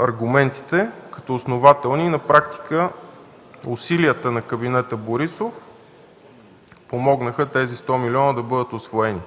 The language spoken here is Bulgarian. аргументите като основателни и на практика усилията на кабинета Борисов помогнаха тези 100 милиона да бъдат усвоени.